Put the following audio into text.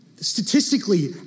Statistically